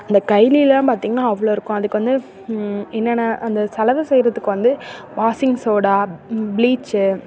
அந்த கைலியெலாம் பார்த்தீங்கன்னா அவ்வளோ இருக்கும் அதுக்கு வந்து என்னென்ன அந்த சலவை செய்யுறதுக்கு வந்து வாஸிங் சோடா ப்ளீச்சி